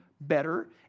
better